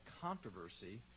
controversy